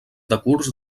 decurs